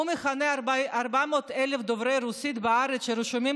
הוא מכנה 400,000 דוברי רוסית בארץ שרשומים